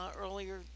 earlier